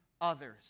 others